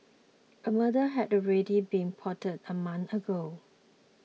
a murder had already been plotted a month ago